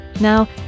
Now